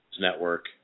network